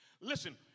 Listen